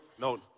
No